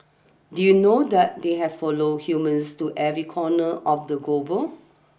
did you know that they have follow humans to every corner of the global